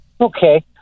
Okay